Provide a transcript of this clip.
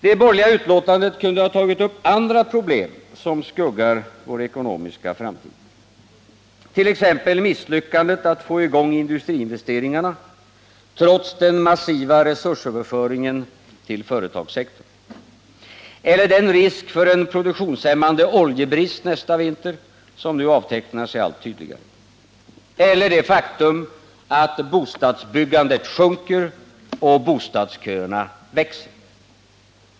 Det borgerliga utlåtandet kunde ha tagit upp andra problem, som skuggar vår ekonomiska framtid, t.ex. misslyckandet att få i gång industriinvesteringarna trots den massiva resursöverföringen till företagssektorn, den risk för en produktionshämmande oljebrist nästa vinter som nu avtecknar sig allt tydligare eller det faktum att bostadsbyggandet sjunker och bostadsköerna växer.